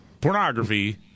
pornography